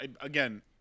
Again